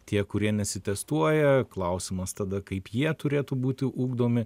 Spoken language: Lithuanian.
tie kurie nesitestuoja klausimas tada kaip jie turėtų būti ugdomi